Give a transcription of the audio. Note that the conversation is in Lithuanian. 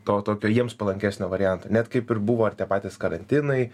to tokio jiems palankesnio varianto net kaip ir buvo ar tie patys karantinai